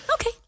okay